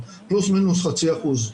פלוס מינוס חצי אחוז,